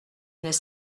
n’est